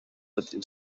within